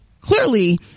clearly